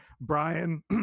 Brian